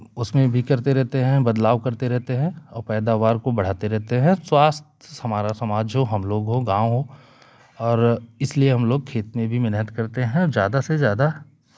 उसमें भी करते रहते हैं बदलाव करते रहते हैं और पैदावार को बढ़ाते रहते हैं स्वास्थ्य हमारा समाज जो हम लोग हो गाँव हो और इसलिए हम लोग खेत में भी मेहनत करते हैं ज्यादा से ज्यादा